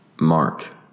Mark